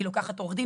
היא לוקחת עורך דין,